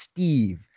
Steve